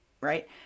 right